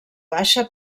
baixa